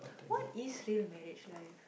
what is your marriage life